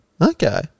Okay